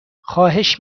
خواهش